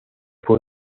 fue